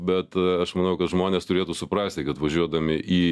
bet aš manau kad žmonės turėtų suprasti kad važiuodami į